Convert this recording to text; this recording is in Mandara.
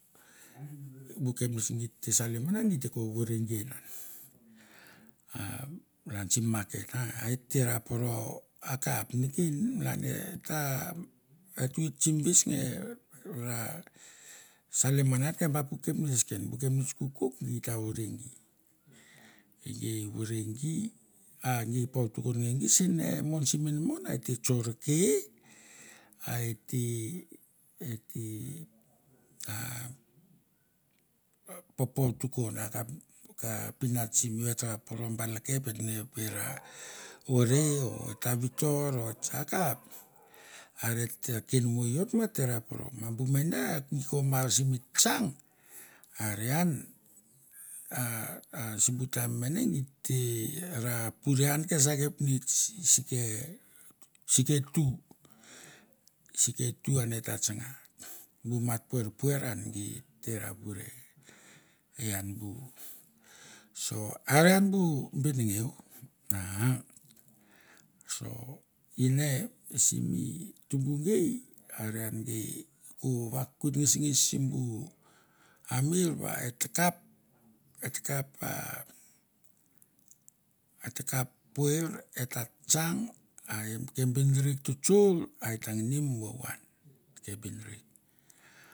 Bu kapnets git te salim ngan a gi te ko vore gi enan a malan sim maket a et te ra poro akap neken e ta et oit sim yes nge ra salim ngan an ke ba puk kapnets neken, bu kapnets kokouk gi ta vore gi, gi vore gi a gi por tukon nge gi sen e mon sim inmon ete tsorke a ete, ete a popor tukon akap ka pinat simi eta ra poro ba lakep et me vera vore o et ta vitor o akap, are et ta ken mo i ot et te ra poro, ma bu mene gi ko mar simi tsang are an a a simbu taim mene gi te ra pure ian kesa kapnets sike tu, sike tu an eta tsanga. Bu mat puar puar an gi te ra pure ian bu, so are an bu benengeu so ine simi tumbu gei are an gi ko vakoit nges nges simbu amir va eta kap, eta kap, eta kap buar, eta ta tsang a ke benrek ta tsor a eta ngini mi vavan